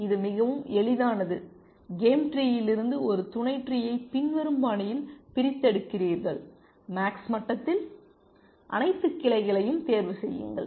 இது மிகவும் எளிதானது கேம் ட்ரீயிலிருந்து ஒரு துணை ட்ரீயை பின்வரும் பாணியில் பிரித்தெடுக்கிறீர்கள் மேக்ஸ் மட்டத்தில் அனைத்து கிளைகளையும் தேர்வு செய்யுங்கள்